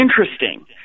interesting